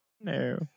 No